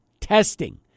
testing